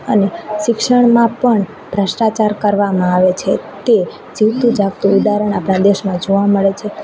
અને શિક્ષણમાં પણ ભ્રષ્ટાચાર કરવામાં આવે છે તે જીવતું જાગતું ઉદાહરણ આપણા દેશમાં જોવા મળે છે